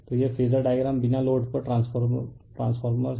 तो यह phasor diagram बिना लोड पर ट्रान्सफर है